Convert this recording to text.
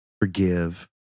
Forgive